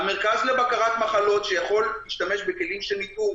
המרכז לבקרת מחלות שיכול להשתמש בכלים שניבאו,